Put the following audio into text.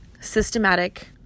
Systematic